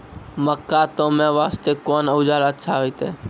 मक्का तामे वास्ते कोंन औजार अच्छा होइतै?